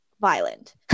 violent